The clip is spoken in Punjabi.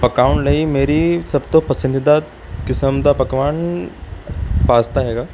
ਪਕਾਉਣ ਲਈ ਮੇਰੀ ਸਭ ਤੋਂ ਪਸੰਦੀਦਾ ਕਿਸਮ ਦਾ ਪਕਵਾਨ ਪਾਸਤਾ ਹੈਗਾ